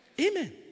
Amen